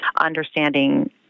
understanding